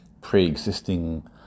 pre-existing